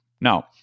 Now